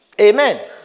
Amen